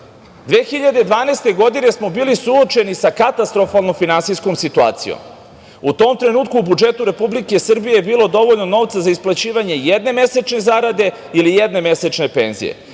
2012. bili smo suočeni sa katastrofalnom finansijskom situacijom. U tom trenutku u budžetu Republike Srbije bilo je dovoljno novca za isplaćivanje jedne mesečne zarade ili jedne mesečne penzije.